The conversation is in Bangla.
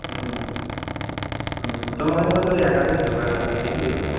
হুম হুম হুম তোমাকে তাহলে ওই এগারোই দেবো এগারো হাজারই দেবো